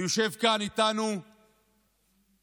ויושב כאן איתנו השר